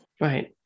Right